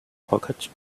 pocket